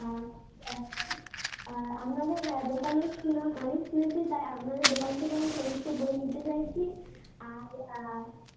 আর আর আপনাদের দোকানের সুনাম অনেক শুনেছি তাই আপনাদের দোকান থেকে আমি সমস্ত বই নিতে চাইছি আর